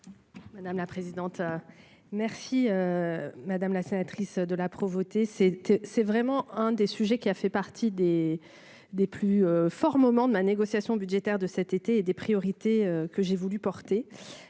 Madame la présidente, merci madame la sénatrice de la Provoté, c'est que c'est vraiment un des sujets qui a fait partie des des plus fort moment de la négociation budgétaire de. Cet été, et des priorités que j'ai voulu porter,